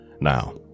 Now